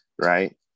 right